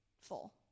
full